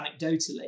anecdotally